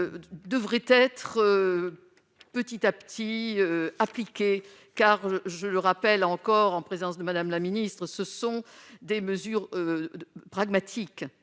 devraient être petit à petit appliqué car je le rappelle encore en présence de Madame la ministre, ce sont des mesures pragmatiques,